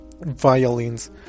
Violins